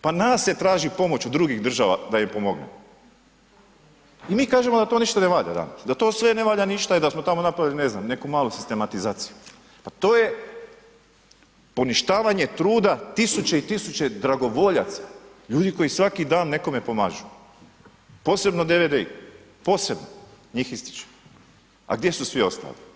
pa nas se traži pomoć od drugih država da im pomognemo i mi kažemo da to ništa ne valja danas, da to sve ne valja ništa i da smo tamo napravili ne znam neku malu sistematizaciju, pa to je poništavanje truda tisuće i tisuće dragovoljaca, ljudi koji svaki dan nekome pomažu, posebno DVD-i, posebno njih ističem, a gdje su svi ostali?